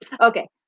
Okay